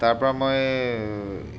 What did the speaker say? তাৰ পৰা মই